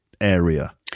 area